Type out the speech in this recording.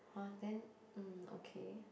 !huh! then mm okay